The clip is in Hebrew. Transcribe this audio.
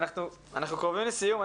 אנחנו קרובים לסיום.